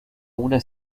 una